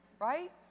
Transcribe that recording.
right